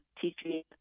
teaching